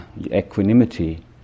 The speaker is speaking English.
equanimity